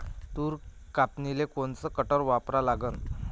तूर कापनीले कोनचं कटर वापरा लागन?